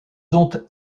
ont